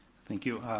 thank you.